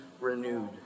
renewed